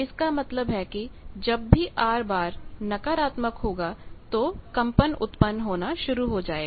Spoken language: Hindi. इसका मतलब है कि जब भी R नकारात्मक होगा तो कंपन उत्पन्न होना शुरू हो जाएगा